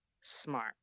smart